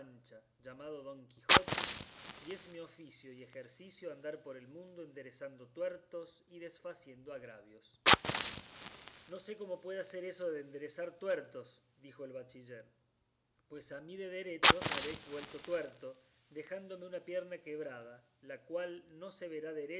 llamado don quijote y es mi oficio y ejercicio andar por el mundo enderezando tuertos y desfaciendo agravios no sé cómo pueda ser eso de enderezar tuertos dijo el bachiller pues a mí de derecho me habéis vuelto tuerto dejándome una pierna quebrada la cual no se verá